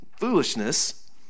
Foolishness